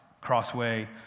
crossway